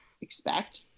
expect